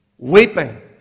Weeping